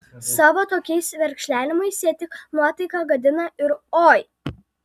savo tokiais verkšlenimais jie tik nuotaiką gadina ir oi